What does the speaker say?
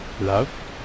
love